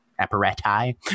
apparati